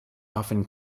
often